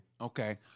Okay